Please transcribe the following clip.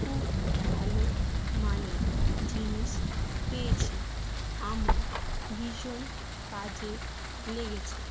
খুব ভালো মানের জিনিস পেয়েছি আমার ভীষণ কাজে লেগেছে